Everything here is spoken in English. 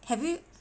have you